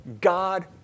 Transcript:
God